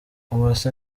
uwase